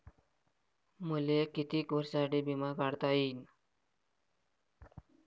मले कितीक वर्षासाठी बिमा काढता येईन?